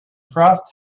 frost